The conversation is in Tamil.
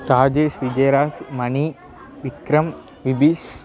ராஜேஷ் விஜயராஜ் மணி விக்ரம் விபீஷ்